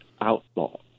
outlaw